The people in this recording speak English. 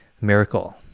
miracle